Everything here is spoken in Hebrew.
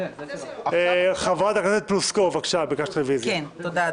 התשפ"א-2020 רביזיה על